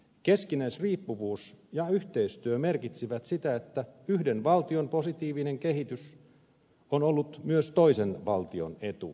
keskinäisriippuvuus ja yhteistyö merkitsivät sitä että yhden valtion positiivinen kehitys on ollut myös toisen valtion etu